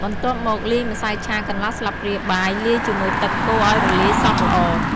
បន្ទាប់មកលាយម្សៅឆាកន្លះស្លាបព្រាបាយលាយជាមួយទឹកកូរអោយរលាយសព្វល្អ។